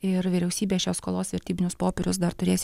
ir vyriausybė šios skolos vertybinius popierius dar turės